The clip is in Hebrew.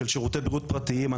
של שירותי בריאות פרטיים,